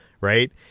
Right